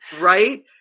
Right